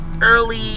early